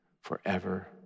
forever